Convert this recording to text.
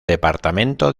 departamento